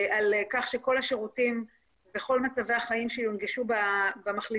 על כך שכל השירותים בכל מצבי החיים שיונגשו במחליטים